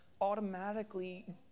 automatically